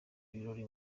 ibirori